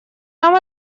нам